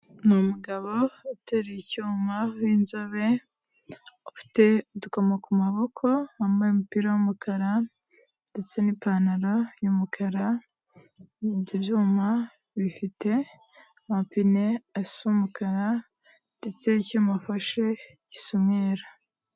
Ni umugabo utera icyuma b'inzobe ufite udukomo ku maboko, wambaye umupira w'umukara ndetse n'ipantaro y'umukara ibyobyuma bifite amapine asa umukara ndetse icyo cyuma afashe gisa umweru.